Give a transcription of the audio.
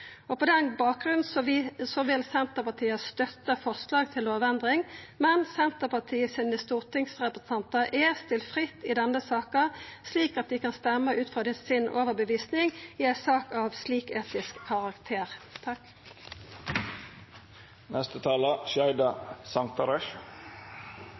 På den bakgrunnen vil Senterpartiet støtta forslag til lovendring, men Senterpartiet sine stortingsrepresentantar er stilte fritt i denne saka, slik at dei kan røysta etter overtydinga si i ei sak av slik